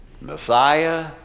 Messiah